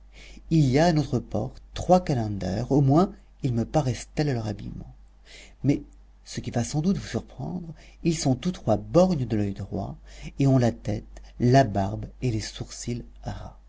il y a à notre porte trois calenders au moins ils me paraissent tels à leur habillement mais ce qui va sans doute vous surprendre ils sont tous trois borgnes de l'oeil droit et ont la tête la barbe et les sourcils ras